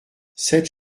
sept